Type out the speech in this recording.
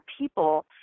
people